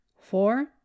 Four